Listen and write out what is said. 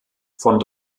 von